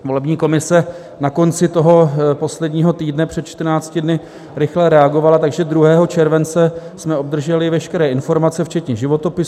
Volební komise na konci toho posledního týdne před 14 dny rychle reagovala, takže 2. července jsme obdrželi veškeré informace včetně životopisů.